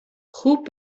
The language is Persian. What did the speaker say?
خوب